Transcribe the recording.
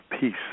peace